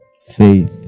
faith